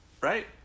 Right